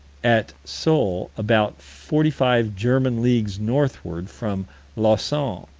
at sole, about forty-five german leagues northward from lausanne,